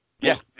Yes